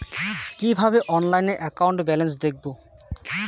কিভাবে অনলাইনে account balance দেখবো?